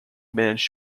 managed